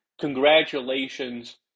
Congratulations